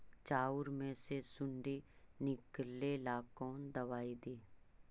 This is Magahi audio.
चाउर में से सुंडी निकले ला कौन दवाई दी?